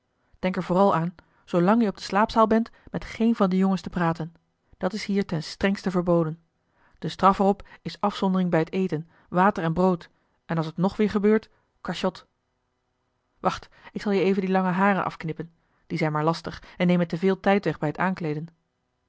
denk er vooral aan zoolang je op de slaapzaal bent met geen van de jongens te praten dat is hier ten strengste verboden de straf er op is afzondering bij het eten water en brood en als het nog weer gebeurt cachot wacht ik zal je even die lange haren afknippen die zijn maar lastig en nemen te veel tijd weg bij het aankleeden